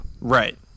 Right